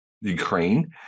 Ukraine